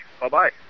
Bye-bye